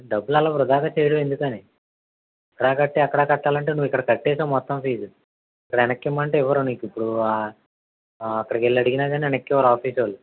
డబ్బులు అలా వృధా చెయ్యడం ఎందుకని ఇక్కడా కట్టి అక్కడా కట్టాలంటే నువ్వు ఇక్కడ కట్టేసావు మొత్తం ఫీజు ఇక్కడ వెనక్కి ఇమ్మంటే ఇవ్వరు నీకు ఇప్పుడు అక్కడికి వెళ్ళీ అడిగినా కూడా వెనక్కి ఇవ్వరు ఆఫీసు వాళ్ళు